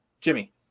Jimmy